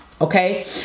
Okay